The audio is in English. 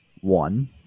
One